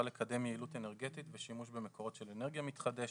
לקדם יעילות אנרגטית ושימוש במקורות של אנרגיה מתחדשת.